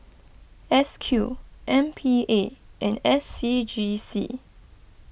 S Q M P A and S C G C